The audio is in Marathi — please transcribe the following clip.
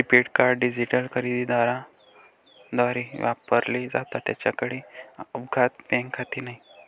प्रीपेड कार्ड डिजिटल खरेदी दारांद्वारे वापरले जातात ज्यांच्याकडे अद्याप बँक खाते नाही